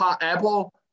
Apple